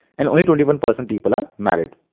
and only twenty one percent people are married.